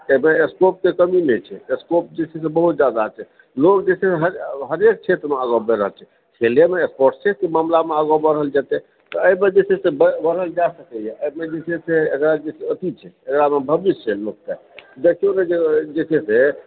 एहिमे स्कोपके कमी नहि छै स्कोप जे छै से बहुत जादा छै लोक जे छै हरेक बढ़ि रहल छै खेलैमे स्पोर्टसेके मामलामे आगाँ बढ़ल जाइ छै तऽ एहिमे जे छै से बढ़ल जा सकैए एहिमे जे छै से एकरा एथी एकरामे भविष्य छै लोककेँ देखिऔ ने जे छै से